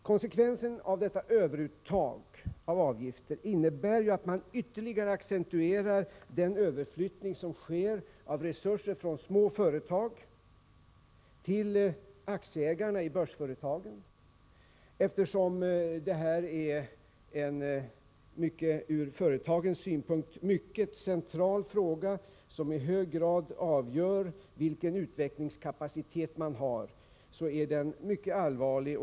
Konsekvensen av detta överuttag av avgifter innebär att man ytterligare accentuerar den överflyttning som sker av resurser från små företag till aktieägarna i börsföretagen, eftersom det här är en ur företagens synpunkt mycket central och allvarlig fråga som i hög grad avgör vilken utvecklingskapacitet man har.